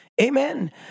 amen